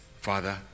Father